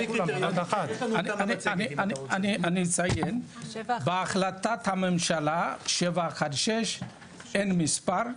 אני אציין בהחלטת הממשלה 716 אין מספר,